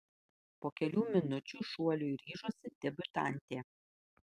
po kelių minučių šuoliui ryžosi debiutantė